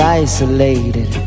isolated